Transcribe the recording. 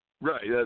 Right